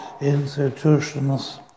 institutions